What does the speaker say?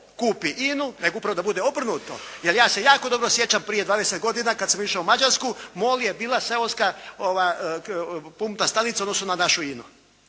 kupi "INA-u", nego da upravo bude obrnuto, jer ja se jako dobro sjećam prije 20 godina kad sam išao u Mađarsku, "Mol" je bila seoska pumpna stanica u odnosu na našu